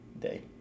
day